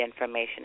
information